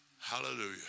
Hallelujah